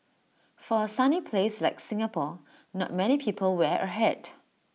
for A sunny place like Singapore not many people wear A hat